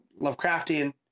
Lovecraftian